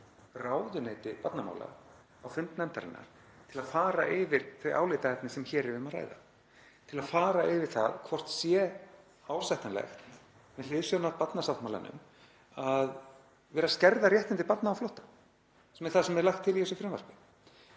ráðuneyti barnamála á fund nefndarinnar til að fara yfir þau álitaefni sem hér er um að ræða, til að fara yfir það hvort ásættanlegt sé með hliðsjón af barnasáttmálanum að skerða réttindi barna á flótta, sem er það sem er lagt til í þessu frumvarpi.